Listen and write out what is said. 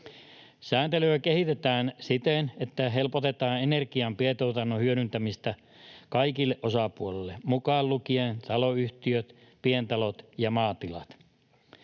Sääntelyä kehitetään siten, että helpotetaan energian pientuotannon hyödyntämistä kaikille osapuolille mukaan lukien taloyhtiöt, pientalot ja maatilat.